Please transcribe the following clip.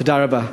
תודה רבה.